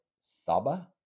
Saba